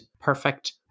perfect